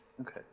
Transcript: Okay